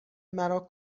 مرا